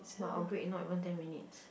but our break not even ten minutes